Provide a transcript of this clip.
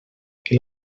que